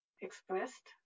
expressed